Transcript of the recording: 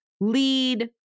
lead